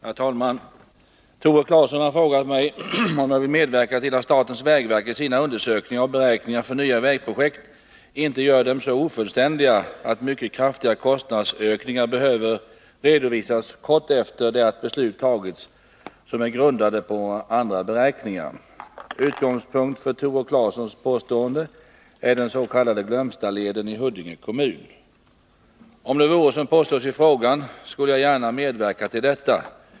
Herr talman! Tore Claeson har frågat mig om jag vill medverka till att statens vägverk i sina undersökningar och beräkningar för nya vägprojekt inte gör dem så ofullständiga att mycket kraftiga kostnadsökningar behöver redovisas kort efter det att beslut tagits som är grundade på andra beräkningar. Utgångspunkt för Tore Claesons påstående är den s.k. Glömstaleden i Huddinge kommun. Om det vore så som påstås i frågan, skulle jag gärna medverka på angivet sätt.